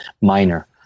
minor